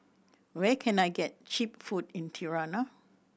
where can I get cheap food in Tirana